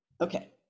Okay